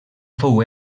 fou